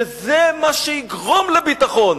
שזה מה שיגרום לביטחון,